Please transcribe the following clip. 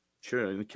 sure